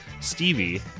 stevie